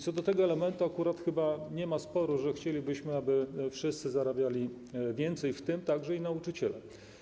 Co do tego elementu akurat nie ma chyba sporu, chcielibyśmy, aby wszyscy zarabiali więcej, w tym także nauczyciele.